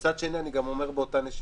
מצד שני, אני גם אומר באותה נשימה.